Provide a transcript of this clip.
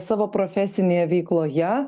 savo profesinėje veikloje